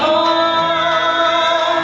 oh